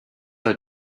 are